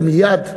ומייד,